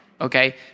Okay